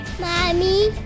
Mommy